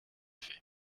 fait